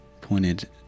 pointed